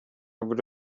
would